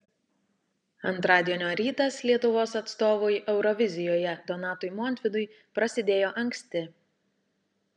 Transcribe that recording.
antradienio rytas lietuvos atstovui eurovizijoje donatui montvydui prasidėjo anksti